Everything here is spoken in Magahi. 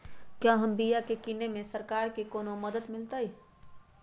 क्या हम बिया की किने में सरकार से कोनो मदद मिलतई?